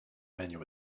menu